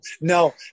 No